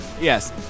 Yes